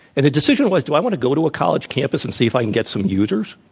and the decision was do i want to go to a college campus and see if i can get some users?